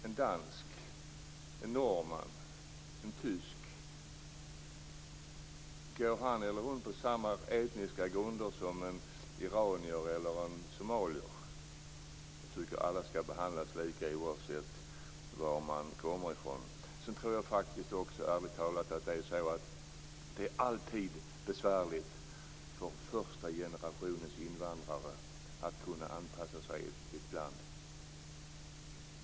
En dansk, en norrman, en tysk - går han eller hon på samma etniska grunder som en iranier eller en somalier? Jag tycker att alla skall behandlas lika oavsett var man kommer ifrån. Sedan tror jag ärligt talat också att det är så att det alltid är besvärligt för första generationens invandrare att anpassa sig i ett land.